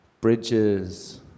Bridges